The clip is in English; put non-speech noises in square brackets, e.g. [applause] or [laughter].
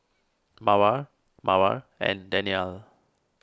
[unintelligible] [unintelligible] and Daniel